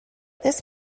this